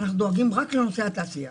אנחנו דואגים רק לנושא התעשייה.